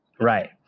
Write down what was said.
Right